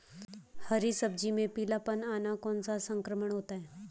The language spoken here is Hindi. हरी सब्जी में पीलापन आना कौन सा संक्रमण होता है?